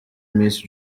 miss